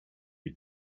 you